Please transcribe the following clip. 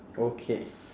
okay